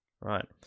right